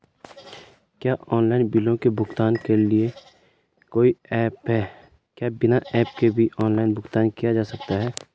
क्या ऑनलाइन बिलों के भुगतान के लिए कोई ऐप है क्या बिना ऐप के भी ऑनलाइन भुगतान किया जा सकता है?